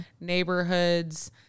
neighborhoods